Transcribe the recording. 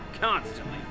constantly